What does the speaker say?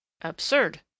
Absurd